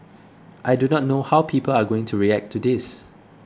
I do not know how people are going to react to this